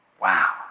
Wow